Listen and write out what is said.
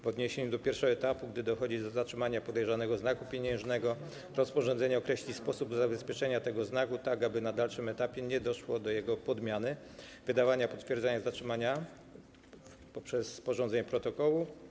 W odniesieniu do pierwszego etapu, gdy dochodzi do zatrzymania podejrzanego znaku pieniężnego, rozporządzenie określi sposób zabezpieczenia tego znaku, tak aby na dalszym etapie nie doszło do jego podmiany, i wydawania potwierdzenia zatrzymania poprzez sporządzenie protokołu.